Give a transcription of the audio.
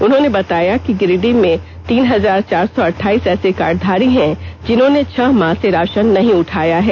उन्होंने बताया कि गिरिडीह में तीन हजार चार सौ अठाईस ऐसे कार्डधारी है जिन्होंने छह माह से राशन नहीं उठाया है